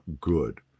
good